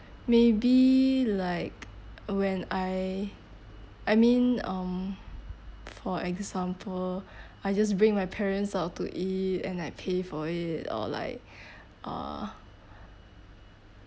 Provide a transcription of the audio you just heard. maybe like when I I mean um for example I just bring my parents out to eat and I pay for it or like uh